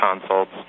consults